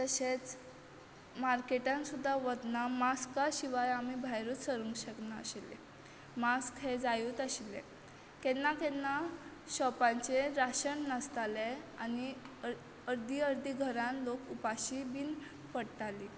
तशेंच मार्केटांत सुद्दां वतना मास्का शिवाय आमी भायरूच सरूंक शकनाशिल्लीं मास्क हें जायच आशिल्लें केन्ना केन्ना शॉपांचेर राशन नासतालें आनी अर्दे अर्दे घरांत लोक उपाशीं बीन पडटालीं